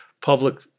public